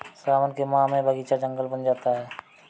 सावन के माह में बगीचा जंगल बन जाता है